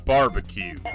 Barbecue